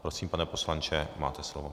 Prosím, pane poslanče, máte slovo.